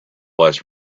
less